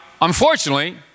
unfortunately